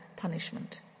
punishment